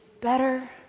better